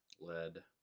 Lead